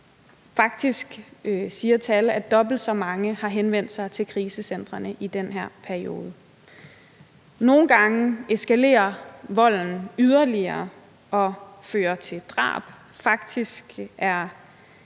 Faktisk siger tal, at dobbelt så mange har henvendt sig til krisecentrene i den her periode. Nogle gange eskalerer volden yderligere og fører til drab. Faktisk er